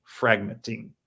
fragmenting